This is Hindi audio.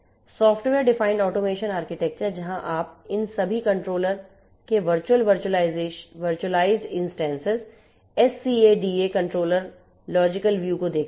सॉफ्टवेयर डिफाइंड ऑटोमेशन आर्किटेक्चर जहां आप इन सभी कंट्रोलर के virtual virtualized instances SCADA controller logical view को देखते हैं